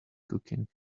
cooking